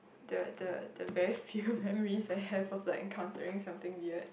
the the the very few memories I have of like encountering something weird